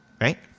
right